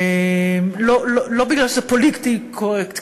לא כי זה פוליטיקלי-קורקט,